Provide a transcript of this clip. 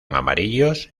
amarillos